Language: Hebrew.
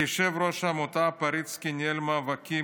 כיושב-ראש העמותה פריצקי ניהל מאבקים